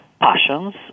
passions